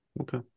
Okay